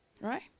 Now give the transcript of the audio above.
Right